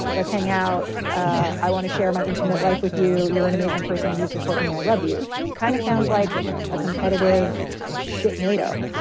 let's hang out. i want to share my intimate life with you. you're an amazing person and you support me. i love you. it kind of sounds like a competitive shit. nato.